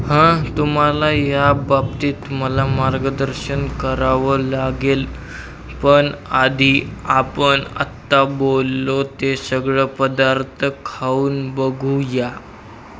हां तुम्हाला या बाबतीत मला मार्गदर्शन करावं लागेल पण आधी आपण आत्ता बोललो ते सगळे पदार्थ खाऊन बघू या